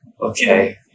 okay